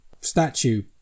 statue